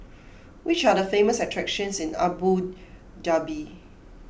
which are the famous attractions in Abu Dhabi